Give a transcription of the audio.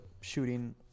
shooting